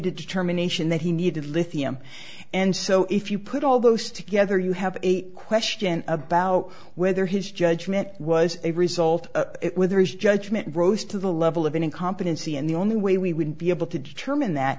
determination that he needed lithium and so if you put all those together you have a question about whether his judgment was a result of it whether it's judgment rose to the level of incompetency and the only way we would be able to determine that